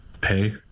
pay